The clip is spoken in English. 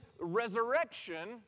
resurrection